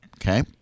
Okay